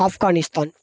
Afghanistan